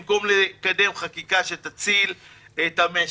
במקום לקדם חקיקה שתציל את המשק.